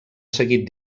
seguit